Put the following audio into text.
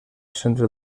centre